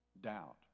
doubt